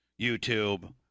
YouTube